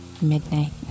midnight